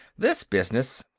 this business.